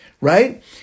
Right